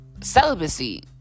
celibacy